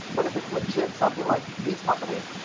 but if it's legit, something like these companies,